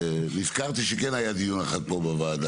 נזכרתי שכן היה דיון אחד פה בוועדה,